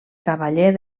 cavaller